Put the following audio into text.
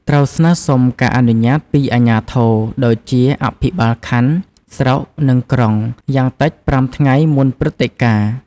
ត្រូវស្នើសុំការអនុញ្ញាតពីអាជ្ញាធរ ដូចជា អភិបាលខណ្ឌ ស្រុក និង ក្រុង យ៉ាងតិច ៥ថ្ងៃមុនព្រឹត្តិការណ៍។